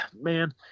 man